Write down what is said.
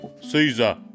Caesar